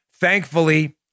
Thankfully